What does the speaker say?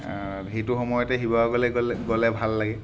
সেইটো সময়তে শিৱসাগৰলৈ গ'লে গ'লে ভাল লাগে